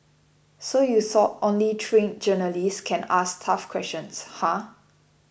so you thought only trained journalists can ask tough questions huh